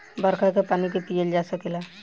बरखा के पानी के पिअल जा सकेला